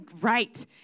right